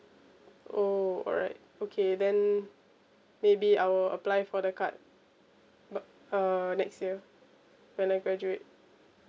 oh alright okay then maybe I will apply for the card but uh next year when I graduate